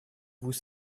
vous